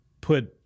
put